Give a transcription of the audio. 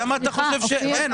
למה אתה חושב שאין?